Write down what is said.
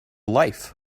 life